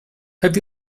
have